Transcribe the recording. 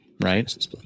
right